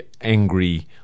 angry